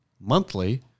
monthly